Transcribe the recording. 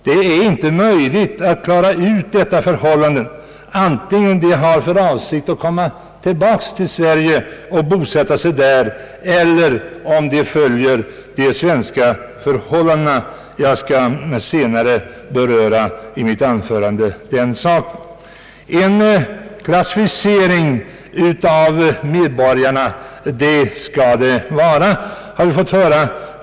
Det är inte möjligt att klara ut om de har för avsikt att komma tillbaka till Sverige och bosätta sig där eller om de följer de svenska förhållandena. Jag skall beröra den saken senare i mitt anförande. En klassificering av medborgarna skall det vara, har vi fått höra.